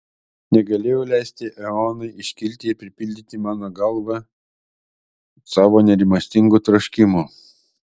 negalėjau leisti eonai iškilti ir pripildyti mano galvą savo nerimastingų troškimų